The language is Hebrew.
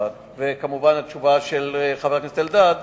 כמובן, התשובה לחבר הכנסת אלדד,